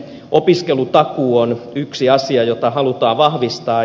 opiskelutakuu on yksi asia jota halutaan vahvistaa